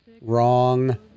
Wrong